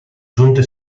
giunte